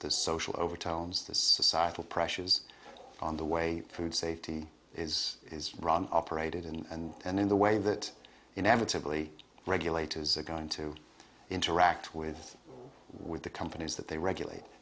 the social overtones the societal pressures on the way food safety is is run operated in and and in the way that inevitably regulators are going to interact with with the companies that they regulate